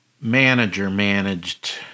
manager-managed